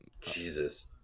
Jesus